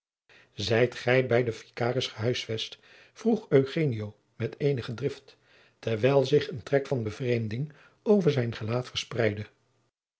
zijt gij bij den vicaris gehuisvest vroeg eugenio met eenige drift terwijl zich een trek van bevreemding over zijn gelaat verspreidde